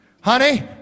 Honey